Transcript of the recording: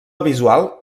visual